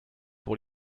pour